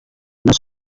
benar